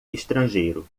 estrangeiro